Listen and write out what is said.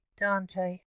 Dante